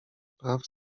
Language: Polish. praw